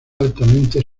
altamente